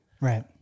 Right